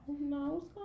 No